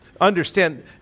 understand